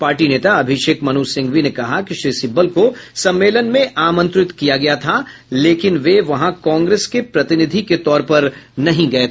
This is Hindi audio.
पार्टी नेता अभिषेक मनु सिंघवी ने कहा कि श्री सिब्बल को सम्मेलन में आमंत्रित किया गया था लेकिन वे वहां कांग्रेस के प्रतिनिधि के तौर पर नहीं गए थे